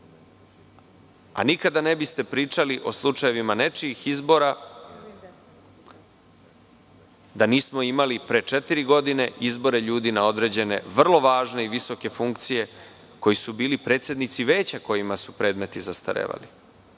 Nikada ne biste pričali o slučajevima nečijih izbora, da nismo imali pre četiri godine izbore ljudi na određene, vrlo važne i visoke funkcije koji su bili predsednici veća, kojima su predmeti zastarevali,